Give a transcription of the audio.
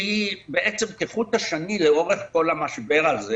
שעוברת בעצם כחוט השני לאורך כל המשבר הזה: